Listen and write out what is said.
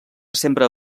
sempre